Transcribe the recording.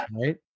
right